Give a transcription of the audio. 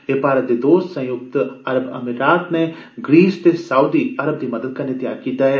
एह् भारत दे दोस्त संयुक्त अरब अमीरात नै ग्रीस ते सऊदी अरब दी मदाद कन्नै कीता ऐ